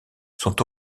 sont